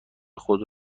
خود